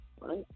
Right